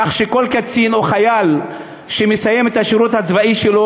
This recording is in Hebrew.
כך שכל קצין או חייל שמסיים את השירות הצבאי שלו,